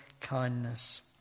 kindness